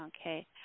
Okay